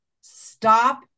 stop